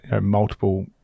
multiple